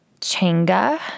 changa